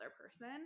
person